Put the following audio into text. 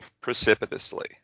precipitously